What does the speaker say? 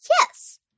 yes